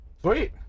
Sweet